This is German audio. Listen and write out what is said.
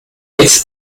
jetzt